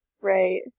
Right